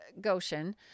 Goshen